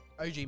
OG